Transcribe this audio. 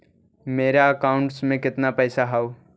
मेरा अकाउंटस में कितना पैसा हउ?